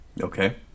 Okay